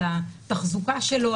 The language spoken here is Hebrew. על התחזוקה שלו,